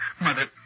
Mother